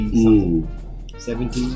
1970